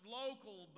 local